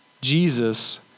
Jesus